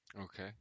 Okay